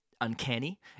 uncanny